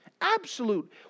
Absolute